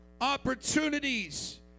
opportunities